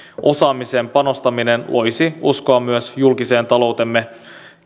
osaamiseen panostaminen loisi uskoa myös julkisen taloutemme